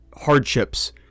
hardships